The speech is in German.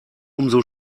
umso